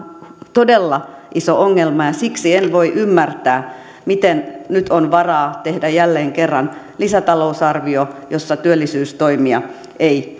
todella iso ongelma siksi en voi ymmärtää miten nyt on varaa tehdä jälleen kerran lisätalousarvio jossa työllisyystoimia ei